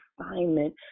assignment